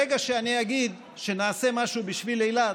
ברגע שאני אגיד שנעשה משהו בשביל אילת,